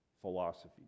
philosophy